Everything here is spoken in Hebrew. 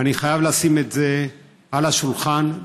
ואני חייב לשים את זה על השולחן,